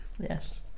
Yes